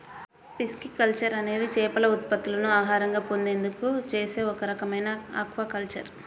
pisciculture అనేది చేపల ఉత్పత్తులను ఆహారంగా పొందేందుకు చేసే ఒక రకమైన ఆక్వాకల్చర్